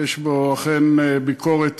יש בו אכן ביקורת